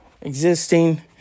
Existing